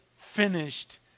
finished